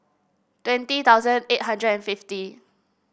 twenty thousand eight hundred and fifty